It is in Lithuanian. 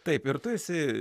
taip ir tu esi